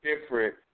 different